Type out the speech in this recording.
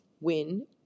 win